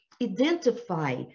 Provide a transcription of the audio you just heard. identify